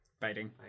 Fighting